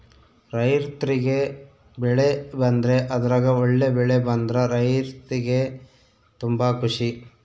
ರೈರ್ತಿಗೆ ಬೆಳೆ ಬಂದ್ರೆ ಅದ್ರಗ ಒಳ್ಳೆ ಬೆಳೆ ಬಂದ್ರ ರೈರ್ತಿಗೆ ತುಂಬಾ ಖುಷಿ